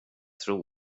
tro